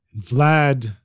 Vlad